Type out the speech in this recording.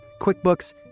QuickBooks